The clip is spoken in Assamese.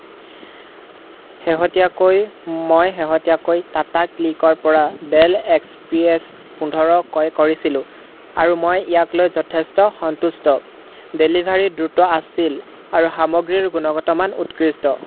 ষেহতীয়াকৈ মই শেহতীয়াকৈ টাটা ক্লিকৰ পৰা ডেল এক্স পি এছ পোন্ধৰ ক্ৰয় কৰিছিলোঁ আৰু মই ইয়াক লৈ যথেষ্ট সন্তুষ্ট ডেলিভাৰী দ্ৰুত আছিল আৰু সামগ্ৰীৰ গুণগত মান উৎকৃষ্ট